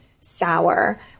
sour